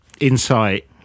insight